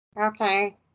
Okay